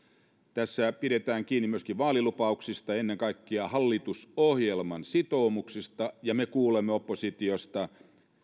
tässä pidetään kiinni myöskin vaalilupauksista ennen kaikkea hallitusohjelman sitoumuksista mutta me kuulemme oppositiosta